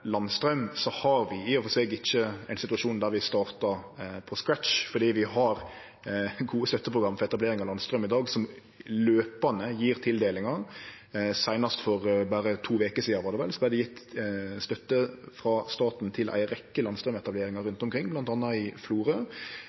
har vi i og for seg ikkje ein situasjon der vi startar på scratch, fordi vi har gode støtteprogram for etablering av landstraum i dag som løpande gjev tildelingar. Seinast for berre to veker sidan vart det gjeve støtte frå staten til ei rekkje landstraumetableringar rundt omkring, bl.a. i Florø,